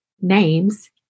names